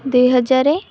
ଦୁଇ ହଜାର